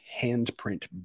handprint